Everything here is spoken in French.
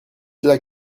cela